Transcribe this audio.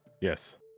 yes